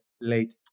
late